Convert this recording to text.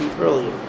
earlier